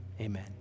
Amen